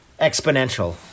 exponential